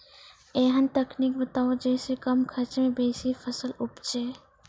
ऐहन तकनीक बताऊ जै सऽ कम खर्च मे बेसी फसल उपजे?